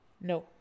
No